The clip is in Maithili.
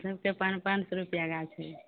सभके पाँच पाँच सए रुपैआ गाछ हइ